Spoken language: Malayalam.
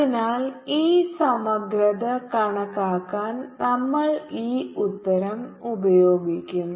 അതിനാൽ ഈ സമഗ്രത കണക്കാക്കാൻ നമ്മൾ ഈ ഉത്തരം ഉപയോഗിക്കും